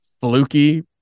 fluky